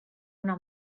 una